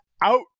out